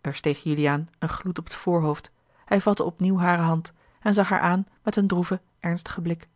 er steeg juliaan een gloed op het voorhoofd hij vatte opnieuw hare hand en zag haar aan met een droeven ernstigen blik